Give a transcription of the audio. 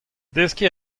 deskiñ